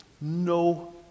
No